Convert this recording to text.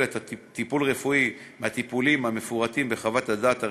טיפול רפואי מהטיפולים המפורטים בחוות הדעת הרפואית,